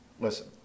Listen